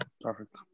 Perfect